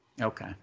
Okay